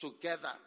together